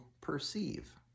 perceive